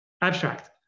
abstract